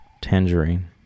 Tangerine